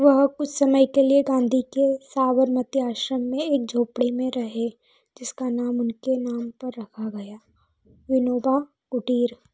वह कुछ समय के लिए गाँधी के साबरमती आश्रम में एक झोपड़ी में रहे जिसका नाम उनके नाम पर रखा गया विनोबा कुटीर